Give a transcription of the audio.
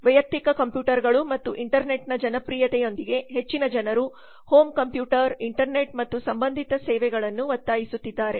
ವೈಯಕ್ತಿಕ ಕಂಪ್ಯೂಟರ್ಗಳು ಮತ್ತು ಇಂಟರ್ನೆಟ್ನ ಜನಪ್ರಿಯತೆಯೊಂದಿಗೆ ಹೆಚ್ಚಿನ ಜನರು ಹೋಮ್ ಕಂಪ್ಯೂಟರ್ ಇಂಟರ್ನೆಟ್ ಮತ್ತು ಸಂಬಂಧಿತ ಸೇವೆಗಳನ್ನು ಒತ್ತಾಯಿಸುತ್ತಿದ್ದಾರೆ